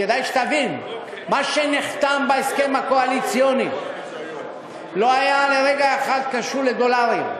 כדאי שתבין: מה שנחתם בהסכם הקואליציוני לא היה לרגע אחד קשור לדולרים.